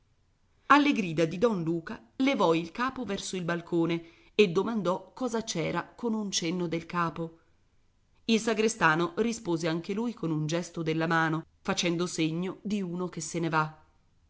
alle grida di don luca levò il capo verso il balcone e domandò cosa c'era con un cenno del capo il sagrestano rispose anche lui con un gesto della mano facendo segno di uno che se ne va